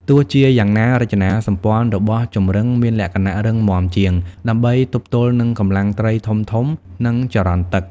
ទោះជាយ៉ាងណា រចនាសម្ព័ន្ធរបស់ចម្រឹងមានលក្ខណៈរឹងមាំជាង ដើម្បីទប់ទល់នឹងកម្លាំងត្រីធំៗ និងចរន្តទឹក។